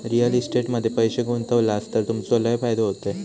real estate मध्ये पैशे गुंतवलास तर तुमचो लय फायदो होयत